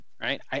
right